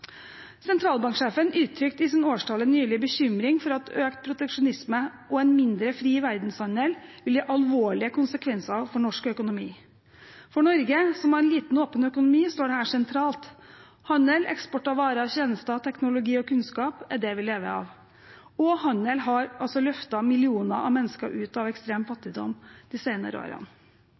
Sentralbanksjefen uttrykte i sin årstale nylig bekymring for at økt proteksjonisme og en mindre fri verdenshandel gir alvorlige konsekvenser for norsk økonomi. For Norge, som har en liten, åpen økonomi, står dette sentralt. Handel, eksport av varer og tjenester, teknologi og kunnskap er det vi lever av. Handel har løftet millioner av mennesker ut av ekstrem fattigdom de senere årene.